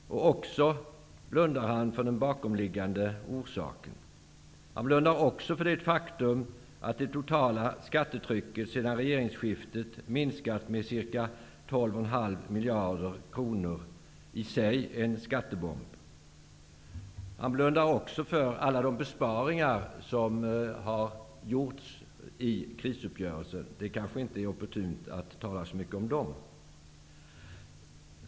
Han blundar för den bakomliggande orsaken. Han blundar också för det faktum att det totala skattetrycket sedan regeringsskiftet minskat med ca 12,5 miljarder kronor - i sig en skattebomb. Han blundar vidare för alla de besparingar som har gjorts genom krisuppgörelsen. Men det kanske inte ger något betyg att tala så mycket om dem.